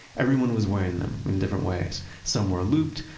everyone was wearing them in different ways. some were looped,